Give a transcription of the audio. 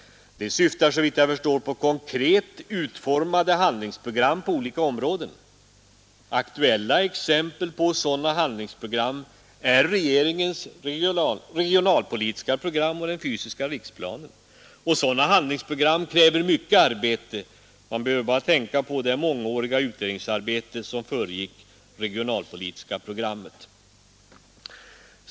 De syftar såvitt jag förstår på konkret utformade handlingsprogram på olika områden. Aktuella exempel på sådana handlingsprogram är regeringens regionalpolitiska program och den fysiska riksplanen. Sådana handlingsprogram kräver mycket arbete. Vi behöver bara tänka på det mångåriga utredningsarbete som föregick det regionalpolitiska programmet.